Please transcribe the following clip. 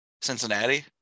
Cincinnati